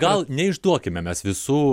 gal neišduokime mes visų